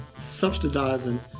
subsidizing